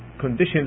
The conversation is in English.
conditions